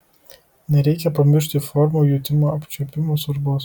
nereikia pamiršti formų jutimo apčiuopimu svarbos